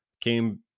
came